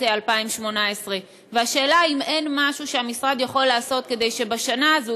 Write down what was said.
2018. השאלה היא אם אין משהו שהמשרד יכול לעשות כדי שבשנה הזאת,